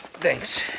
Thanks